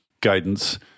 guidance